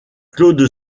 claude